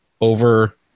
over